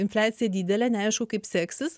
infliacija didelė neaišku kaip seksis